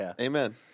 amen